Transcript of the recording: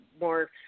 more